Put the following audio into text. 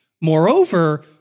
Moreover